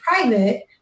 private